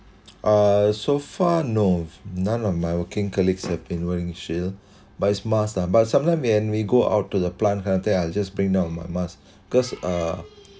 uh so far no none of my working colleagues have been wearing a shield by it's must lah but sometimes when we go out to the plant kind of thing I'll just bring up my mask because uh